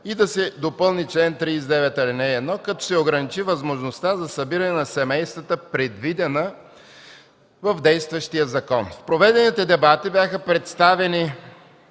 и да се допълни чл. 39, ал. 1, като се ограничи възможността за събиране на семействата, предвидена в действащия закон. В проведените дебати бяха представени